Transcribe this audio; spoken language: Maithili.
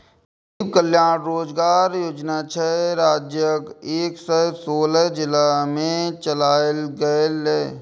गरीब कल्याण रोजगार योजना छह राज्यक एक सय सोलह जिला मे चलायल गेलै